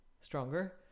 stronger